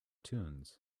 tunes